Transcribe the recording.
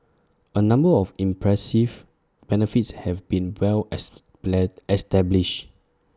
A number of impressive benefits have been well as bled established